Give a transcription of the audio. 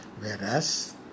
whereas